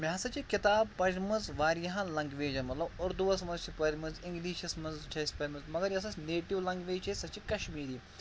مےٚ ہَسا چھِ کِتاب پجمَژ واریاہَن لنٛگویجَن مطلب اُردووَس منٛز چھِ پَرۍمَژ اِنٛگلِشس منٛز چھِ اَسہِ پَرۍمَژ مگر یۄس اَسہِ نیٹِو لنٛگویج چھِ سۄ چھِ کشمیٖری